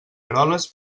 eroles